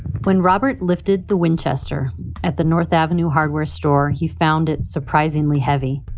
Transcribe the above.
when robert lifted the winchester at the north avenue hardware store. he found it surprisingly heavy.